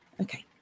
Okay